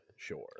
sure